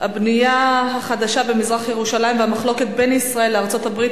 הבנייה החדשה במזרח-ירושלים והמחלוקת בין ישראל לארצות-הברית